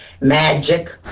magic